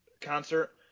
concert